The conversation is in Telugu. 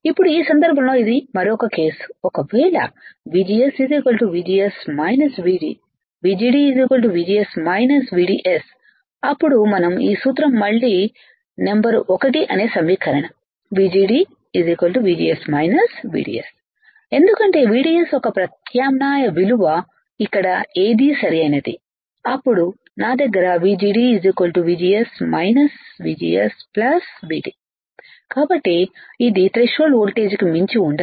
ఇప్పుడు ఈ సందర్భంలో ఇది మరొక కేసు ఒకవేళ VGS VGS VD VGDVGS VDS అప్పుడు మనం ఈ సూత్రం మళ్లీ నంబర్ వన్ అనే సమీకరణం VGDVGS VDS ఎందుకంటే VDS యొక్క ప్రత్యామ్నాయ విలువS ఇక్కడ ఏది సరైనది అప్పుడు నా దగ్గర VGD VGS VGS VD కాబట్టి VGD VD ఇది త్రెషోల్డ్ ఓల్టేజికి మించి ఉండదు